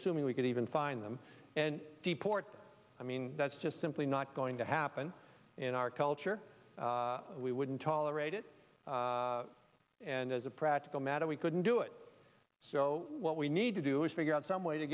assuming we could even find them and deport them i mean that's just simply not going to happen in our culture we wouldn't tolerate it and as a practical matter we couldn't do it so what we need to do is figure out some way to